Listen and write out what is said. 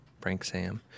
FrankSam